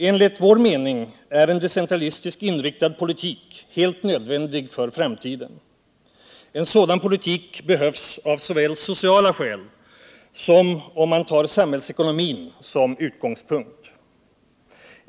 Enligt vår mening är en decentralistiskt inriktad politik helt nödvändig för framtiden. En sådan politik behövs såväl av sociala skäl som om man tar samhällsekonomin såsom utgångspunkt.